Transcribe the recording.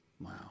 Wow